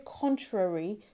contrary